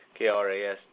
KRAS